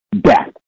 death